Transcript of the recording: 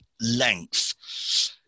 length